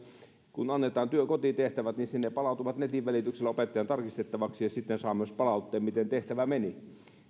kun annetaan kotitehtävät niin sitten ne palautuvat netin välityksellä opettajan tarkistettavaksi ja sitten saa myös palautteen miten tehtävä meni